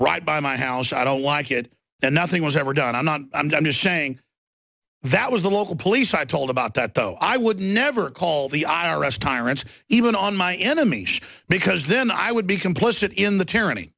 right by my house i don't like it and nothing was ever done i'm not i'm just saying that was the local police i told about that though i would never call the i r s tyrants even on my enemies because then i would be complicit in the tyranny